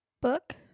Book